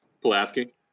Pulaski